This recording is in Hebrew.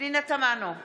פנינה תמנו,